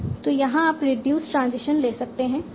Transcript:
तो यहाँ आप रिड्यूस ट्रांजिशन ले सकते हैं